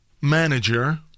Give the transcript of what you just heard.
manager